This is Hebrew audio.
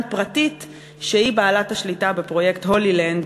פרטית שהיא בעלת השליטה בפרויקט "הולילנד"